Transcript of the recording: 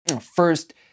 First